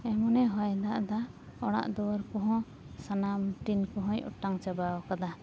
ᱮᱢᱚᱱᱮ ᱦᱚᱭ ᱫᱟᱜ ᱮᱫᱟ ᱚᱲᱟᱜ ᱫᱩᱭᱟᱹᱨ ᱠᱚᱦᱚᱸ ᱥᱟᱱᱟᱢ ᱴᱤᱱ ᱠᱚᱦᱚᱭ ᱚᱴᱟᱝ ᱪᱟᱵᱟ ᱟᱠᱟᱫᱟ